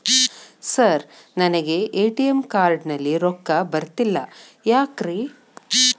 Sir ನನಗೆ ATM card ನಲ್ಲಿ ರೊಕ್ಕ ಬರತಿಲ್ಲ ಯಾಕ್ರೇ?